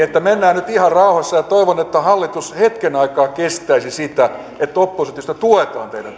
että mennään nyt ihan rauhassa ja toivon että hallitus hetken aikaa kestäisi sitä että oppositiosta tuetaan teidän